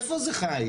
איפה זה חיץ?